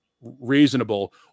reasonable